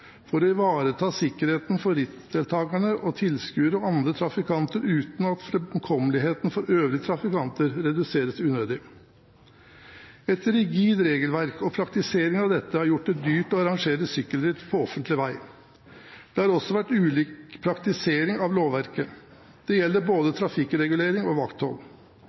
for sykkelritt på veg for å ivareta sikkerheten for rittdeltakerne, tilskuere og andre trafikanter uten at framkommeligheten for øvrige trafikanter reduseres unødig. Et rigid regelverk og praktiseringen av dette har gjort det dyrt å arrangere sykkelritt på offentlig veg. Det har også vært ulik praktisering av lovverket. Dette gjelder både trafikkregulering og vakthold.